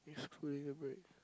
excluding the break